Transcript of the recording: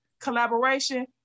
collaboration